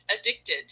addicted